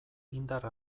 indar